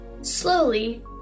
Slowly